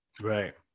Right